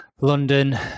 London